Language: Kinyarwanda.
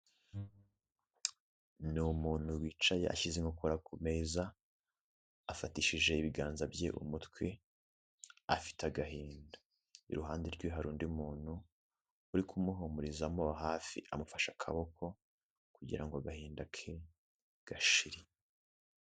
Ni umuntu wicaye ashyize inkokora ku meza afatishije ibiganza bye umutwe afite agahinda, iruhande rwe hari undi muntu uri kumuhumuriza amuba hafi amufashe akaboko kugira ngo agahinda ke gashire.